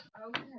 Okay